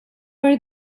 were